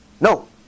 No